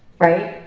right?